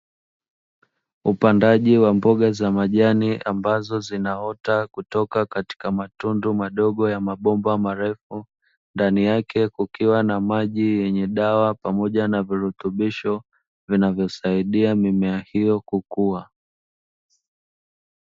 Upandaji wa mboga za majani ambazo zinaota kutoka katika matundu madogo ya mabomba marefu, ndani yake kukiwa na maji yenye dawa pamoja na virutubisho vinavyosaidia mimea hiyo kukua.